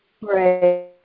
Right